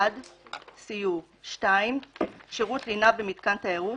סיור; שירות לינה במיתקן תיירות,